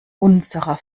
unserer